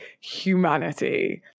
humanity